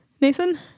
Nathan